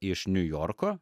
iš niujorko